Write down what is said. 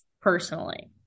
personally